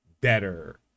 better